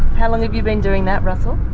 how long have you been doing that, russell?